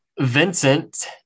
vincent